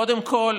קודם כול,